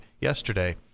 yesterday